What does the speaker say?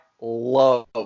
love